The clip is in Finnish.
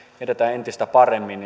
edetä entistä paremmin